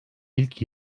ilk